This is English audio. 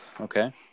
Okay